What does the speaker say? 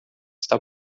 está